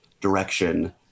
direction